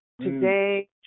today